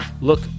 Look